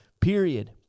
period